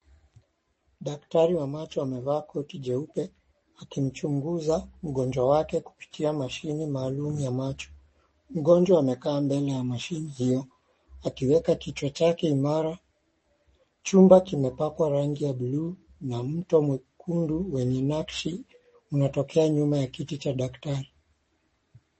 Daktari wa macho amevaa koti jeupe akimchunguza mgonjwa wake kupitia mashine maalum ya macho. Mgonjwa amekaa mbele ya mashine hiyo akiweka kichwa chake imara. Chumba kimepakwa rangi ya buluu na mto mwekundu wenye nakshi unatokea nyuma ya kiti cha daktari.